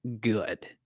good